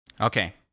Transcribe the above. Okay